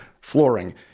flooring